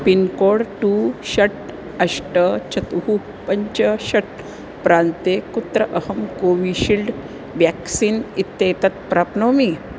pincode two षट् अष्ट चतुः पञ्च षट् प्रान्ते कुत्र अहं कोविशील्ड् व्याक्सीन् इत्येतत् प्राप्नोमि